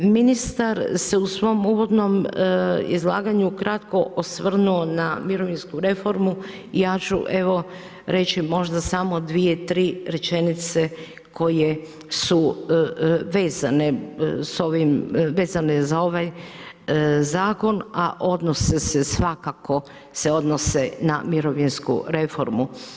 Ministar se u svom uvodnom izlaganju u kratko osvrnuo na mirovinsku reformu, ja ću reći evo možda samo dvije, tri rečenice koje su vezane za ovaj zakon, a odnose se svakako se odnose na mirovinsku reformu.